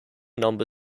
number